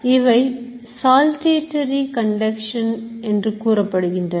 இவை Saltatory Conducti on என்று கூறப்படுகின்றன